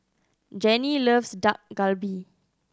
Jennie loves Dak Galbi